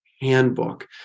Handbook